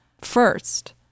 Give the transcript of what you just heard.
first